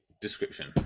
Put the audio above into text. description